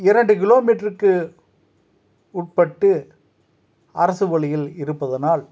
இரண்டு கிலோமீட்டருக்கு உட்பட்டு அரசு பள்ளிகள் இருப்பதனால்